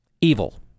Evil